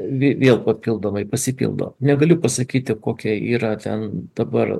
vėl papildomai pasipildo negaliu pasakyti kokia yra ten dabar